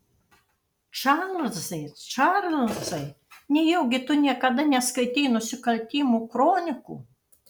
čarlzai čarlzai nejaugi tu niekada neskaitei nusikaltimų kronikų